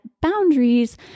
boundaries